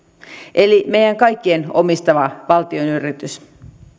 eli meidän kaikkien omistama valtion yritys